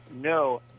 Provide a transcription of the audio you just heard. no